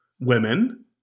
women